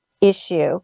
issue